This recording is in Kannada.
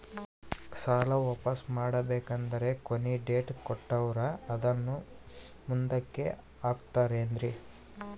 ಸಾಲ ವಾಪಾಸ್ಸು ಮಾಡಬೇಕಂದರೆ ಕೊನಿ ಡೇಟ್ ಕೊಟ್ಟಾರ ಅದನ್ನು ಮುಂದುಕ್ಕ ಹಾಕುತ್ತಾರೇನ್ರಿ?